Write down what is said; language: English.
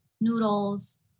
noodles